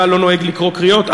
אתה לא נוהג לקרוא קריאות.